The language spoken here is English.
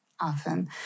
often